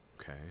okay